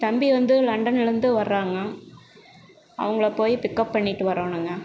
தம்பி வந்து லண்டன்லேருந்து வராங்கள் அவங்களை போய் பிக்கப் பண்ணிட்டு வரணுங்க